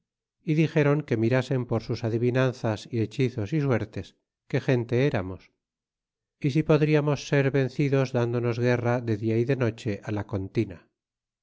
y dixéron que mirasen por sus adivinanzas y hechizos y suertes qué gente eramos y si podrimos ser vencidos dándonos guerra de dia y de noche á la conti